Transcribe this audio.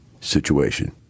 situation